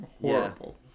Horrible